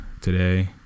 today